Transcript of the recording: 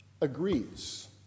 agrees